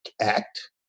act